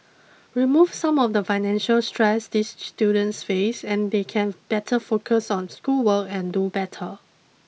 remove some of the financial stress these students face and they can better focus on schoolwork and do better